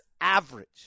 average